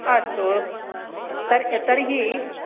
अस्तु तर्ह् तर्हि